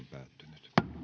tuotu